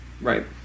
Right